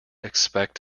expect